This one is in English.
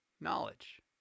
knowledge